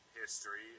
history